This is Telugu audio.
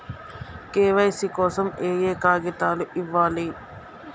కే.వై.సీ కోసం ఏయే కాగితాలు ఇవ్వాలి?